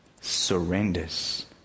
surrenders